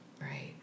Right